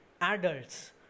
Adults